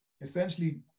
essentially